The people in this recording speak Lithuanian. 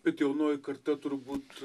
bet jaunoji karta turbūt